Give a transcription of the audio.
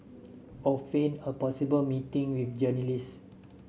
or feign a possible meeting with journalist